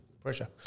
pressure